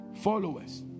followers